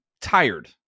tired